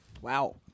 wow